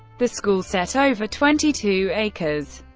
the school set over twenty two acres,